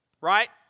Right